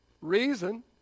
reason